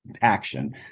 action